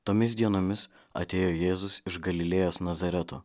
tomis dienomis atėjo jėzus iš galilėjos nazareto